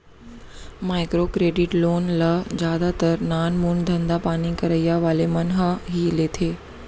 micro credit loan ल जादातर नानमून धंधापानी करइया वाले मन ह ही लेथे